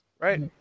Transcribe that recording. right